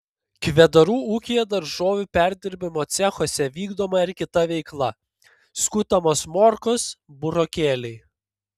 kvedarų ūkyje daržovių perdirbimo cechuose vykdoma ir kita veikla skutamos morkos burokėliai